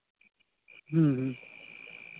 ᱦᱮᱸ ᱦᱮᱸ